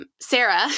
Sarah